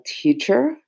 teacher